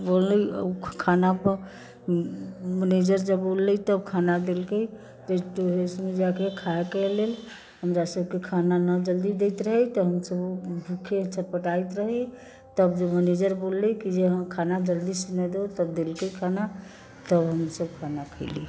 बोलले खाना मनैजर जब बोललै तब खाना देलकै रेस्टोरेन्टमे जाकऽ खाइके लेल हमरा सभके खाना न जल्दी दैत रहै तऽ हम सभ भूखे छटपटाइत रही तब मनैजर बोललै कि जे यहाँ खाना जल्दी से दो तब देलके खाना तब हम सभ खाना खेलीह